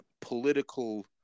political